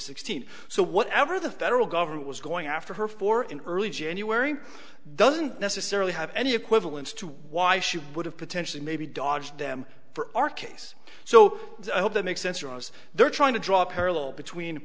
sixteen so whatever the federal government was going after her for in early january doesn't necessarily have any equivalence to why she would have potentially maybe doj them for our case so i hope that makes sense or else they're trying to draw a parallel between